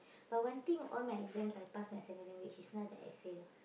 but one thing all my exams I pass my it's not that I fail